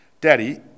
Daddy